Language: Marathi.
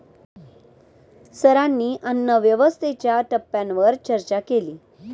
सरांनी अन्नव्यवस्थेच्या टप्प्यांवर चर्चा केली